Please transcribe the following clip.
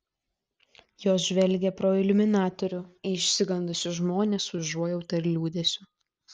jos žvelgė pro iliuminatorių į išsigandusius žmones su užuojauta ir liūdesiu